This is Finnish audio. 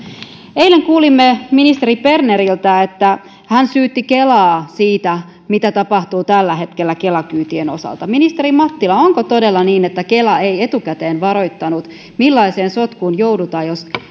eilen kuulimme ministeri berneriltä että hän syytti kelaa siitä mitä tapahtuu tällä hetkellä kela kyytien osalta ministeri mattila onko todella niin että kela ei etukäteen varoittanut millaiseen sotkuun joudutaan jos